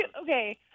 Okay